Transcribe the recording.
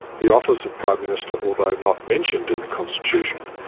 the office of prime minister, although not mentioned in the constitution,